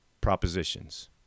propositions